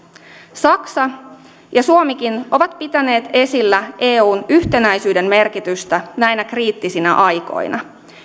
saksa ja suomikin ovat pitäneet esillä eun yhtenäisyyden merkitystä näinä kriittisinä aikoina